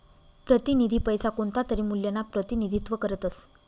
प्रतिनिधी पैसा कोणतातरी मूल्यना प्रतिनिधित्व करतस